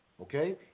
Okay